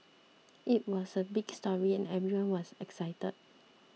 it was a big story and everyone was excited